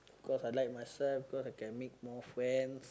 cause I like myself cause I can make more friends